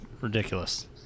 Ridiculous